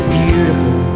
beautiful